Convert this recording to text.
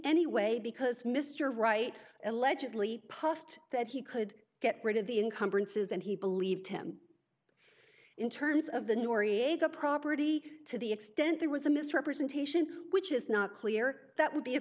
anyway because mr wright allegedly puffed that he could get rid of the incumbrances and he believed him in terms of the noriega property to the extent there was a misrepresentation which is not clear that would be a